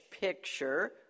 picture